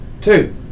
Two